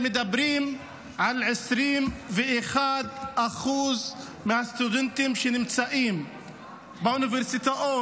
מדברים על 21% מהסטודנטים שנמצאים באוניברסיטאות,